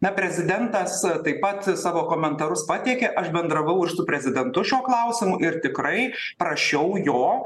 na prezidentas taip pat savo komentarus pateikė aš bendravau ir su prezidentu šiuo klausimu ir tikrai prašiau jo